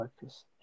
focus